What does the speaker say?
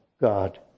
God